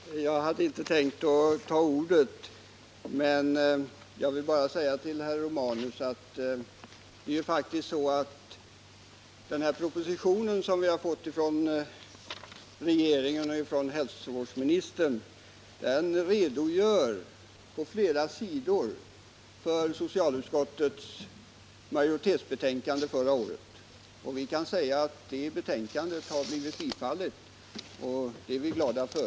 Herr talman! Jag hade inte tänkt ta till orda, men jag vill bara säga till herr Romanus att det faktiskt är så att den proposition som vi fått från hälsovårdsministern och regeringen på flera sidor redogör för socialutskottets majoritetsskrivning förra året. Vi kan säga att den skrivningen har blivit bifallen, och det är vi glada för.